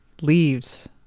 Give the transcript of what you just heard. leaves